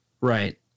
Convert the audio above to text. Right